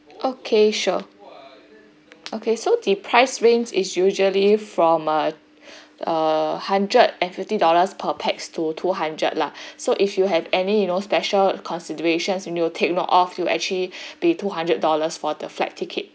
okay sure okay so the price range is usually from err a hundred and fifty dollars per pax to two hundred lah so if you have any you know special considerations you need to take note of it'll actually be two hundred dollars for the flight ticket